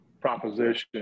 proposition